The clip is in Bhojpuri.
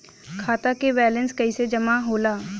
खाता के वैंलेस कइसे जमा होला?